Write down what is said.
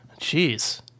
jeez